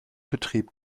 betrieb